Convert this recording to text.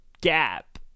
gap